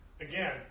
Again